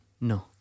No